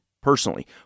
personally